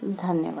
धन्यवाद